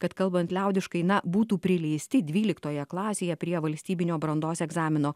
kad kalbant liaudiškai na būtų prileisti dvyliktoje klasėje prie valstybinio brandos egzamino